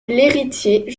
l’héritier